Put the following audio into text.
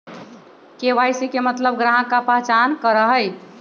KYC के मतलब ग्राहक का पहचान करहई?